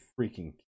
freaking